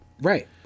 Right